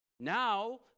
Now